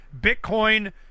Bitcoin